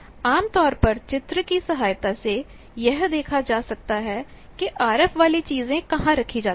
आमतौर पर चित्र की सहायता से यह देखा जा सकता है कि आरएफ वाली चीजें कहाँ रखी जाती हैं